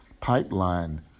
pipeline